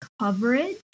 coverage